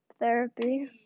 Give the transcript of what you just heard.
Therapy